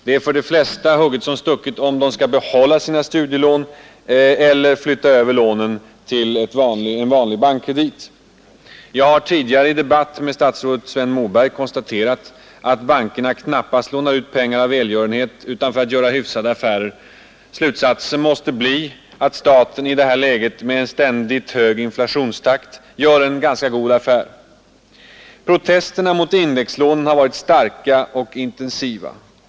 Det är för de flesta hugget som stucket om de skall behålla sina studielån eller flytta över lånen till en vanlig bank. Jag har tidigare i debatt med statsrådet Moberg konstaterat att bankerna knappast lånar ut pengar av välgörenhet utan för att göra hyfsade affärer. Slutsatsen måste bli att staten i det här läget, med en ständigt hög inflation, gör en ganska god affär. Protesterna mot indexlånen har varit starka och intensiva.